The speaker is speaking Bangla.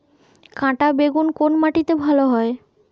কাঁটা বেগুন কোন মাটিতে ভালো হয়?